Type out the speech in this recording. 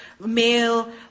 male